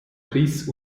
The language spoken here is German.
chris